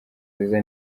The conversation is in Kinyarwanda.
nziza